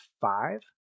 five